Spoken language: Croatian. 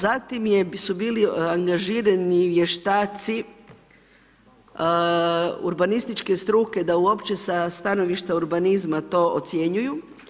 Zatim su bili angažirali vještaci, urbanističke struke, da uopće sa stajališta urbanizma to ocjenjuju.